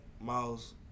Miles